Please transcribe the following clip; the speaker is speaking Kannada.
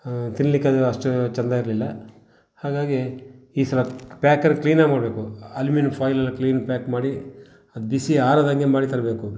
ತಿನ್ನಲಿಕ್ಕೆ ಅದು ಅಷ್ಟೂ ಚೆಂದ ಇರಲಿಲ್ಲ ಹಾಗಾಗಿ ಈ ಸಲ ಪ್ಯಾಕರ್ ಕ್ಲೀನ್ ಆಗಿ ಮಾಡಬೇಕು ಅಲ್ಯುಮಿನಿಯಮ್ ಫಾಯಿಲಲ್ಲಿ ಕ್ಲೀನ್ ಪ್ಯಾಕ್ ಮಾಡಿ ಬಿಸಿ ಆರದಂತೆ ಮಾಡಿ ತರಬೇಕು